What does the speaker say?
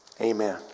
Amen